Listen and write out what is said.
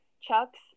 chucks